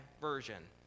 version